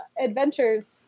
adventures